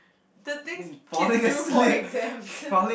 the things kids do for exams